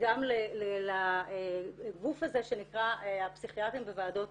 גם לגוף הזה שנקרא הפסיכיאטרים בוועדות